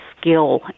skill